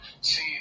See